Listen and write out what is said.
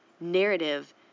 narrative